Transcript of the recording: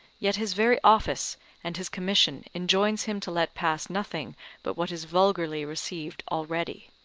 yet his very office and his commission enjoins him to let pass nothing but what is vulgarly received already.